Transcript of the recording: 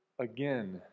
again